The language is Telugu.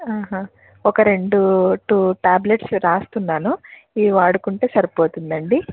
ఒక రెండు టూ టాబ్లెట్స్ రాస్తున్నాను ఇవి వాడుకుంటే సరిపోతుంది అండి